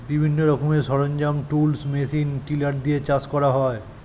বিভিন্ন রকমের সরঞ্জাম, টুলস, মেশিন টিলার দিয়ে চাষ করা হয়